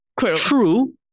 True